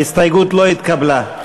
ההסתייגויות לא התקבלו.